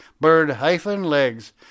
bird-legs